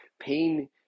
pain